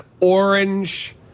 orange